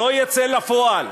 לא יצא לפועל.